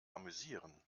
amüsieren